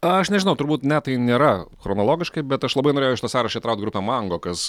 aš nežinau turbūt ne tai nėra chronologiškai bet aš labai norėjau į šitą sąrašą įtraukt grupę mango kas